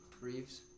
Reeves